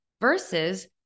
versus